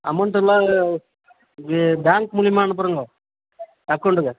அமௌண்ட்டெல்லாம் இது பேங்க் மூலிமா அனுப்புகிறேங்க அக்கௌண்ட்டில்